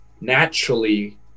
naturally